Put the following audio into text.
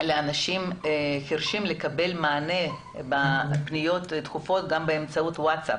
לאנשים חירשים לקבל מענה לפניות דחופות גם באמצעות וואטסאפ,